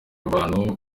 abantu